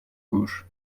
gauche